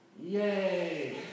Yay